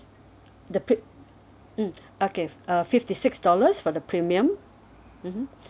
the pre~ mm okay uh fifty six dollars for the premium mmhmm